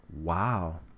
Wow